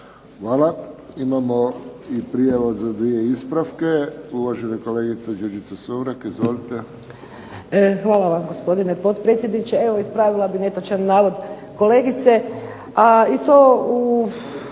Hvala. Imamo i prijava za dvije ispravke. Uvažena kolegica Đurđica Sumrak, izvolite. **Sumrak, Đurđica (HDZ)** Hvala vam, gospodine potpredsjedniče. Evo ispravila bih netočan navod kolegice